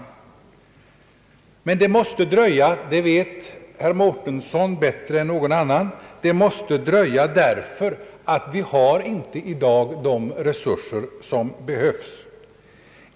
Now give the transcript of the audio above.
Men det måste dröja innan vi till fullo kan förverkliga detta — det vet herr Mårtensson bättre än någon annan — därför att vi i dag inte har de resurser som behövs.